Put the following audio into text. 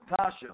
Tasha